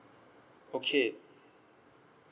okay